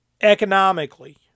Economically